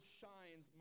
shines